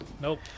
Nope